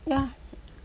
ya